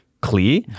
clear